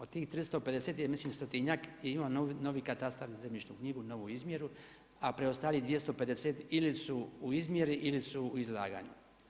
Od tih 350 je mislim stotinjak i ima novi katastar, novu Zemljišnu knjigu, novu izmjeru a preostalih 250 ili su u izmjeri ili su u izlaganju.